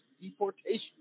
deportation